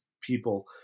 people